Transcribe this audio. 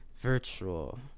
virtual